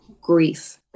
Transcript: grief